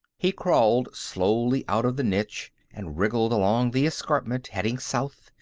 he crawled slowly out of the niche and wriggled along the escarpment, heading south,